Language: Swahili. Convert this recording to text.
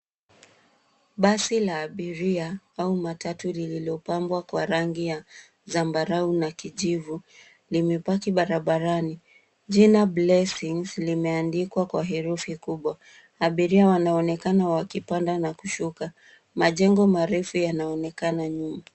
Basi la abiria au matatu lililopambwa kwa rangi ya zambarau na kijivu ,limebaki barabarani ,jina blessings limeandikwa kwa herufi kubwa. Abiria wanaonekana wakipanda na kushuka, majengo marefu yanaonekana nyuma.